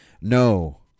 no